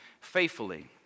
faithfully